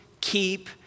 keep